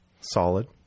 Solid